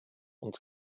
und